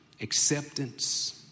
acceptance